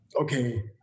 okay